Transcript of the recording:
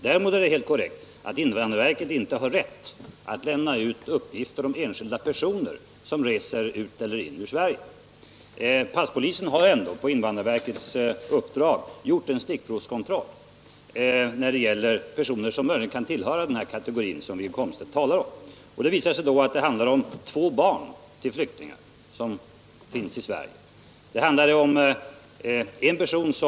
Däremot är det helt korrekt att invandrarverket inte har rätt att lämna ut uppgifter om enskilda personer, som reser ut ur eller in i Sverige.